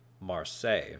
Marseille